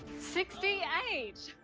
sixty eight! ah,